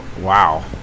Wow